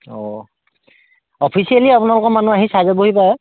অঁ অফিচিয়েলি আপোনালোকৰ মানুহ আহি চাই যাবহি পাৰে